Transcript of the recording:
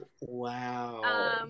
Wow